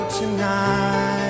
tonight